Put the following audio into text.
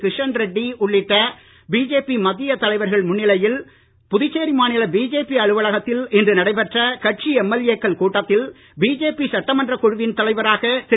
கிஷன் ரெட்டி உள்ளிட்ட பிஜேபி மத்திய தலைவர்கள் முன்னிலையில் புதுச்சேரி மாநில பிஜேபி அலுவலகத்தில் இன்று நடைபெற்ற கட்சி எம்எல்ஏக்கள் கூட்டத்தில் பிஜேபி சட்டமன்றக் குழுவின் தலைவராக திரு